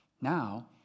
now